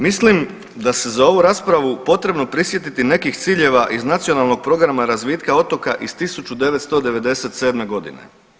Mislim da se za ovu raspravu potrebno prisjetiti nekih ciljeva iz nacionalnog programa razvitka otoka iz 1997.g.